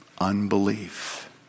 Unbelief